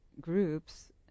groups